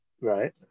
Right